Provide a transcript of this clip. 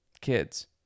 kids